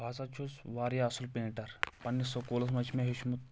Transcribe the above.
بہٕ ہسا چھُس واریاہ اصل پینٹر پننس سکوٗلس منٛز چھُ مےٚ ہیوٚچھمُت